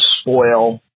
spoil